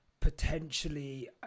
potentially